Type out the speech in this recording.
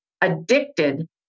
addicted